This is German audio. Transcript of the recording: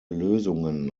lösungen